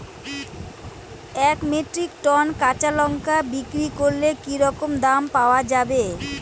এক metric tonne কাঁচা লঙ্কা বিক্রি করলে কি রকম দাম পাওয়া যাবে?